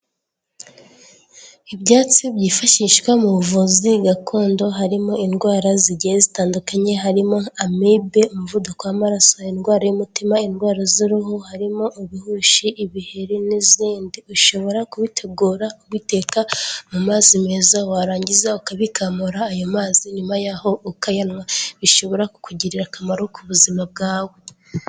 Ibyatsi byifashishwa mu buvuzi gakondo, harimo indwara zigiye zitandukanye, harimo amibe umuvuduko w'amaraso, indwara y'umutima, indwara z'uruhu, harimo ibihushi, ibiheri n'izindi ushobora kubitegura kubiteka mu mazi meza warangiza ukabikamura ayo mazi nyuma yaho ukayanywa, bishobora kukugirira akamaro ku buzima bwawe.